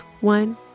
One